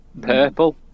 Purple